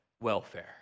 welfare